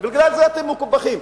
בגלל זה אתם מקופחים.